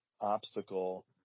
obstacle